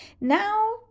Now